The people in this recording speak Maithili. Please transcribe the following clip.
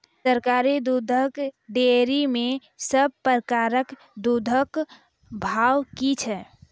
सरकारी दुग्धक डेयरी मे सब प्रकारक दूधक भाव की छै?